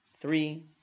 three